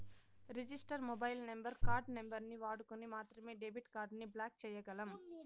register mobile number, card నంబరుని వాడుకొని మాత్రమే డెబిట్ కార్డుని బ్లాక్ చేయ్యగలం